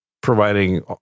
providing